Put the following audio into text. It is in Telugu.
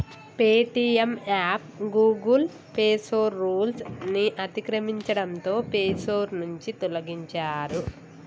పేటీఎం యాప్ గూగుల్ పేసోర్ రూల్స్ ని అతిక్రమించడంతో పేసోర్ నుంచి తొలగించారు